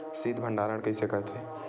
शीत भंडारण कइसे करथे?